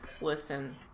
Listen